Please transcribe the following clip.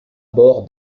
bord